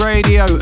Radio